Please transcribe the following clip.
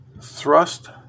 Thrust